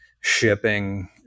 shipping